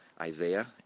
Isaiah